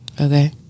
Okay